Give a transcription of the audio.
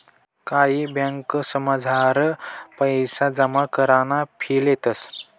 कायी ब्यांकसमझार पैसा जमा कराना फी लेतंस